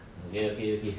okay okay okay